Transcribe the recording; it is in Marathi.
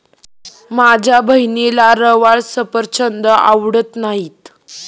माझ्या बहिणीला रवाळ सफरचंद आवडत नाहीत